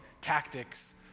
Tactics